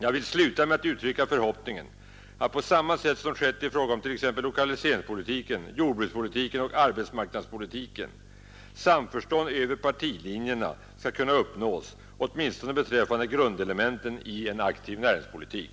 Jag vill sluta med att uttrycka förhoppningen att på samma sätt som skett i fråga om t.ex. lokaliseringspolitiken, jordbrukspolitiken och arbetsmarknadspolitiken samförstånd över partilinjerna skall kunna uppnås åtminstone beträffande grundelementen i en aktiv näringspolitik.